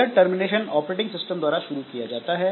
यह termination operating system द्वारा शुरू किया जाता है